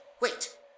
Wait